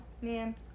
Man